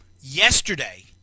yesterday